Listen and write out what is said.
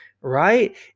Right